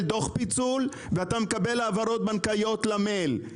דו"ח פיצול והעברות בנקאיות למייל.